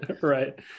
Right